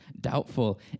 doubtful